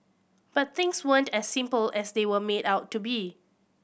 but things weren't as simple as they were made out to be